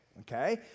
Okay